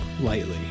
lightly